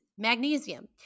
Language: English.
magnesium